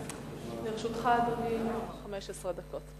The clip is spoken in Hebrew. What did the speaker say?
לרשותך, אדוני, 15 דקות.